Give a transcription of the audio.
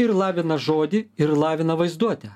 ir lavina žodį ir lavina vaizduotę